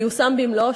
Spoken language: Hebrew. ייושם במלואו.